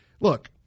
Look